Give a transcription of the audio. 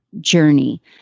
Journey